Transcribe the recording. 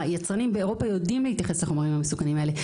היצרנים באירופה יודעים להתייחס לחומרים המסוכנים האלה.